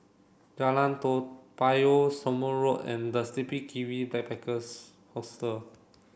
Jalan Toa Payoh Somme Road and the Sleepy Kiwi Backpackers Hostel